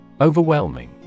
Overwhelming